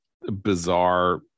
bizarre